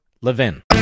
LEVIN